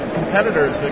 competitors